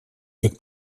как